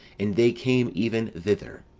and they came even thither.